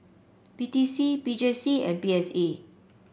P T C P J C and P S A